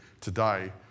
today